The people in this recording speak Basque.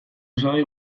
osagai